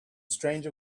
stranger